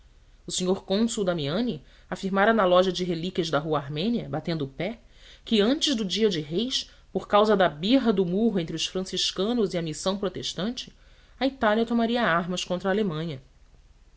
o senhor cônsul damiani afirmara na loja de relíquias da rua armênia batendo o pé que antes do dia de reis por causa da birra do murro entre os franciscanos e a missão protestante a itália tomaria armas contra a alemanha